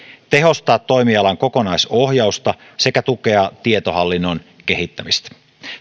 tehostaa toimialan kokonaisohjausta sekä tukea tietohallinnon kehittämistä